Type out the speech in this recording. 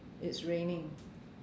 it's raining